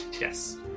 Yes